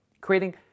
creating